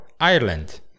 Ireland